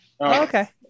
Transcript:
Okay